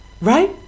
right